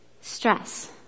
stress